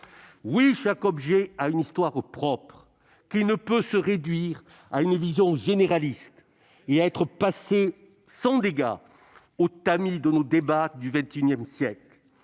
Oui, chaque objet a une histoire propre, qui ne peut se réduire à une vision généraliste et être passée sans dégât au tamis de nos débats du XXI siècle.